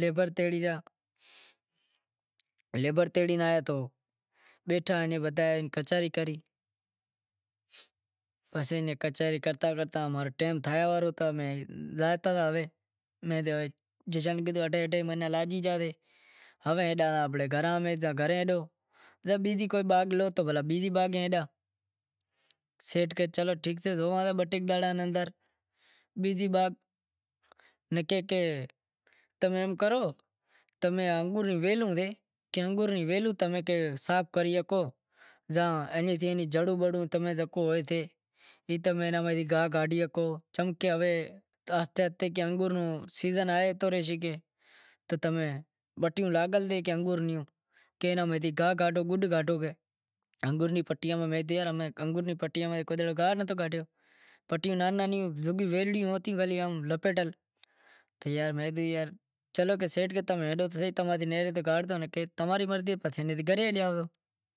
لیبر تیڑی گیا لیبر تیڑی آیا تو بیٹھا آں بدہا کچہری کرے، ایئں کچہری کرے پسے ٹیم تھاتو ارہو پسے امیں زاتا ریا میں کہیو اڈھائی اڈھائی مہینا لاگی گیا ہوے گھریں ہالو، بیزی کوئی باغ لو تو بیزی باغ ہالاں، سیٹھ کہے ٹھیک سے زو بہ ٹے دہاڑاں اندر بیزی باغ تمیں ایم کرو کہ انگور ری ویلوں تمیں صاف کری شگو زاں ایئں تھی جڑوں بڑوں ماں گاہ کاڈھی شگو، چمکہ ہوے آہستے آہستے انگور نو سیزن آئیتو رائسے کہ تو تمیں پٹیوں لاگل سیں تو اینا گاہ کاڈھو گڈ کاڈہو، میں کیدہو انگور ری پٹیوں میں کڈہیں گاہ نتھی کاڈہیو پٹیوں نانہیوں نانہیوں چلو تمیں ہالو تو صحیح